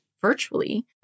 virtually